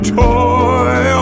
toy